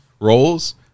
roles